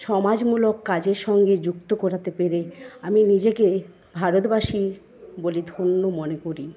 সমাজমূলক কাজের সঙ্গে যুক্ত করাতে পেরে আমি নিজেকে ভারতবাসী বলে ধন্য মনে করি